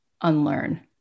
unlearn